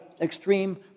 extreme